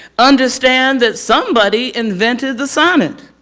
understand that somebody invented the sonnet.